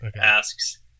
asks